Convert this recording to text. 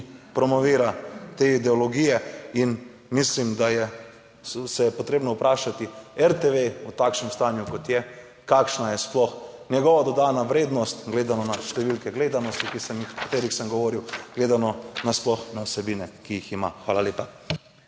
promovira te ideologije in mislim, da se je potrebno vprašati, RTV v takšnem stanju kot je, kakšna je sploh njegova dodana vrednost, gledano na številke, gledanosti, o katerih sem govoril, gledamo nasploh na vsebine, ki jih ima. Hvala lepa.